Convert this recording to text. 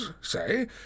say